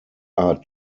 are